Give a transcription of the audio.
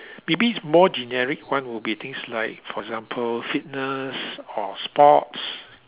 maybe it's more generic one will be things like for example fitness or sports